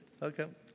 welcome